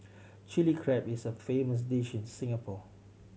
Chilli Crab is a famous dish in Singapore